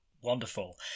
Wonderful